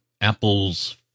Apple's